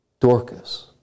Dorcas